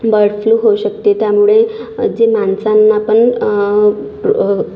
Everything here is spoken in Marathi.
बर्डफ्ल्यू होऊ शकते त्यामुळे जे माणसांना पण